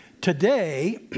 Today